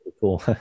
cool